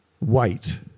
Wait